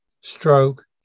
stroke